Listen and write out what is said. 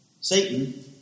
Satan